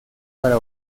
para